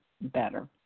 better